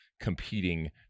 competing